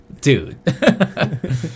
Dude